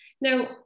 Now